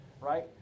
right